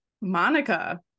monica